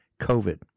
COVID